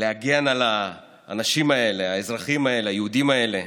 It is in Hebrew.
להגן על האנשים האלה, האזרחים האלה, היהודים האלה,